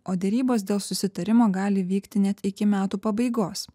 o derybos dėl susitarimo gali įvykti net iki metų pabaigos